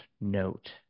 note